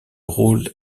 rôle